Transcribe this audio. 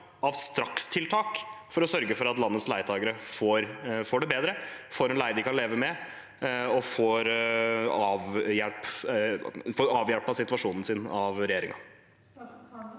strakstiltak for å sørge for at landets leietakere får det bedre, får en leie de kan leve med, og får hjelp fra regjeringen